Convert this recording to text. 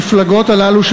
המפלגות הללו,